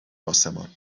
آسمان